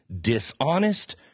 dishonest